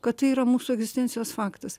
kad tai yra mūsų egzistencijos faktas